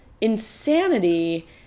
insanity